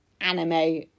anime